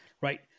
right